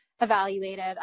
evaluated